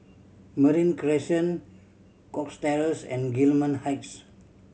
Marine Crescent Cox Terrace and Gillman Heights